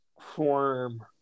form